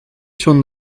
schon